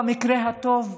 במקרה הטוב,